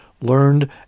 learned